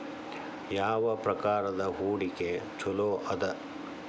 ಯಾವ ಪ್ರಕಾರದ ಹೂಡಿಕೆ ಚೊಲೋ ಅದ